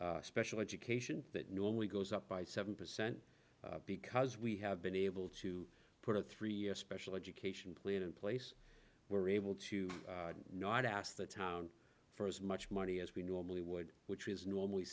s special education that normally goes up by seven percent because we have been able to put a three year special education plan in place we're able to not ask the town for as much money as we normally would which is normally